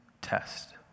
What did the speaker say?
test